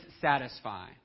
satisfy